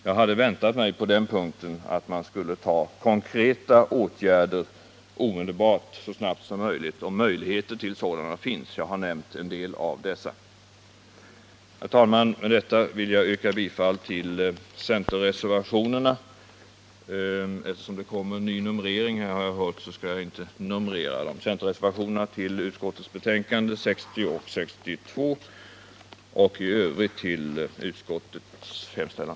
Jag hade på den punkten väntat mig att man skulle vidta konkreta åtgärder så snabbt som möjligt, och möjligheter till sådana finns — jag har nämnt en del av dem. Herr talman! Med detta yrkar jag bifall till centerreservationerna i näringsutskottets betänkanden nr 60 och 62 och i övrigt till utskottets hemställan.